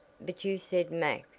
but you said mac.